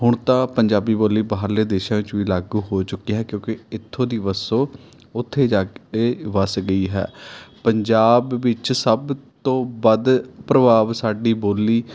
ਹੁਣ ਤਾਂ ਪੰਜਾਬੀ ਬੋਲੀ ਬਾਹਰਲੇ ਦੇਸ਼ਾਂ 'ਚ ਵੀ ਲਾਗੂ ਹੋ ਚੁੱਕੀ ਹੈ ਕਿਉਂਕਿ ਇੱਥੇ ਦੀ ਵਸੋਂ ਉੱਥੇ ਜਾ ਕੇ ਵੱਸ ਗਈ ਹੈ ਪੰਜਾਬ ਵਿੱਚ ਸਭ ਤੋਂ ਵੱਧ ਪ੍ਰਭਾਵ ਸਾਡੀ ਬੋਲੀ